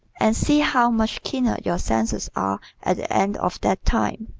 and see how much keener your senses are at the end of that time.